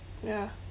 ya